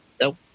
Nope